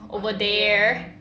on there right